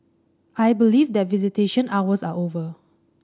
I believe that visitation hours are over